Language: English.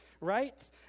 Right